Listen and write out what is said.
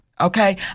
Okay